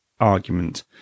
argument